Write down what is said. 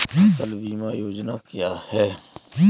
फसल बीमा योजना क्या है?